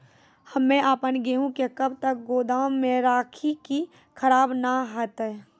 हम्मे आपन गेहूँ के कब तक गोदाम मे राखी कि खराब न हते?